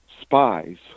spies